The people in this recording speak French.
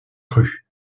cru